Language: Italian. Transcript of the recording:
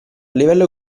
livello